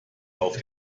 auf